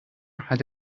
had